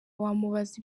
wamubaza